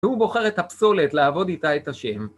הוא בוחר את הפסולת לעבוד איתה את השם.